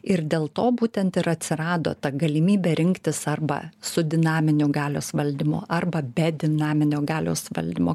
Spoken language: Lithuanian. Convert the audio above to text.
ir dėl to būtent ir atsirado ta galimybė rinktis arba su dinaminiu galios valdymu arba be dinaminio galios valdymo